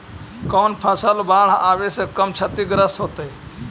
कौन फसल बाढ़ आवे से कम छतिग्रस्त होतइ?